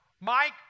Mike